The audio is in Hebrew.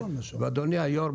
ואדוני היושב-ראש,